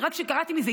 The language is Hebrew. כשרק קראתי את זה,